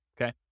okay